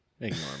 Ignore